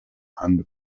and